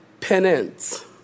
penance